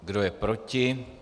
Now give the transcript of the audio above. Kdo je proti?